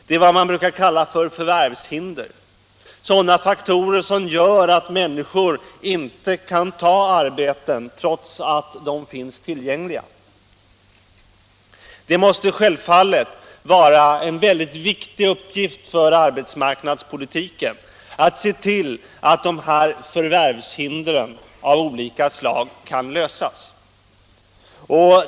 Det är vad man brukar kalla förvärvshinder, sådana faktorer som gör att människor inte kan ta arbeten trots att sådana finns tillgängliga. Självfallet måste det vara en väldigt viktig uppgift för arbetsmarknadspolitiken att se till, att förvärvshindren av olika slag kan undanröjas.